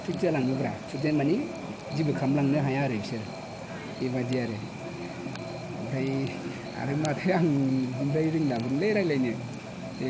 खति जालाङोब्ला खतिया माने जेबो खालामलांनो हाया आरो बिसोरो बेबायदि आरो ओमफ्राय आरो माथो आं बिदिनिफ्राय रोंलामोनलै रायज्लायनो